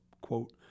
quote